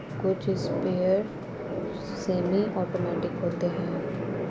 कुछ sprayer semi automatic होते हैं